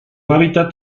hábitat